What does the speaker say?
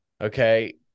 Okay